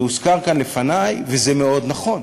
זה הוזכר כאן לפני, וזה מאוד נכון.